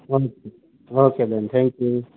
okay બેન thank you